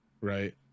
right